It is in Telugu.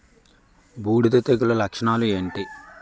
బూడిద తెగుల లక్షణాలు ఏంటి?